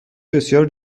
بسیار